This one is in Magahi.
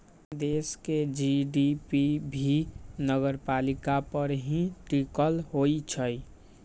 देश के जी.डी.पी भी नगरपालिका पर ही टिकल होई छई